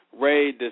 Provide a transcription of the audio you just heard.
Ray